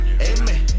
Amen